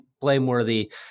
blameworthy